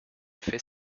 fait